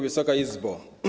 Wysoka Izbo!